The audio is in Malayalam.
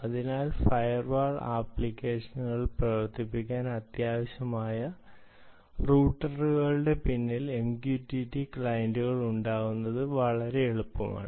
അതിനാൽ ഫയർവാൾ ആപ്ലിക്കേഷനുകൾ പ്രവർത്തിപ്പിക്കാൻ അത്യാവശ്യമായ റൂട്ടറുകളുടെ പിന്നിൽ എംക്യുടിടി ക്ലയന്റുകൾ ഉണ്ടാകുന്നത് വളരെ എളുപ്പമാണ്